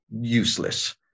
useless